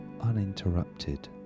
uninterrupted